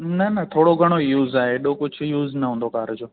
न न थोरो घणो यूज़ आए एॾो कुझु यूज़ न हूंदो कार जो